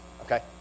okay